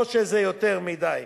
לא שזה יותר מדי.